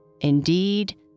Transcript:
Indeed